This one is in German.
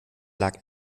lag